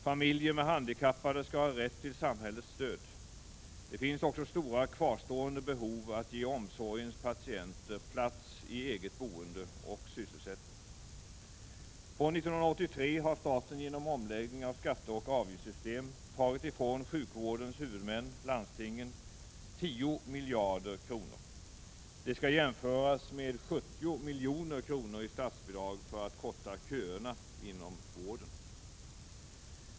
Familjer med handikappade skall ha rätt till samhällets stöd. Det finns också stora kvarstående behov att ge omsorgens patienter möjlighet till eget boende och sysselsättning. Från 1983 har staten genom omläggning av skatteoch avgiftssystem tagit ifrån sjukvårdens huvudmän, landstingen, 10 miljarder kronor. Det skall jämföras med 70 milj.kr. i statsbidrag för att korta köerna inom vården.